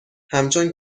همچون